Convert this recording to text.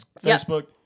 Facebook